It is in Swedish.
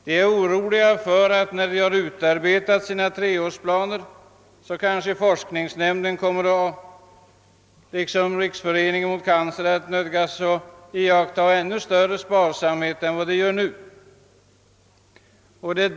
De är oroliga för att de, efter att ha utarbetat sina treårsplaner, skall tvingas konstatera att forskningsnämnden liksom styrelsen inom Riksföreningen mot cancer nödgas iaktta ännu större sparsamhet än nu.